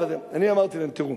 אני אמרתי להם, תראו,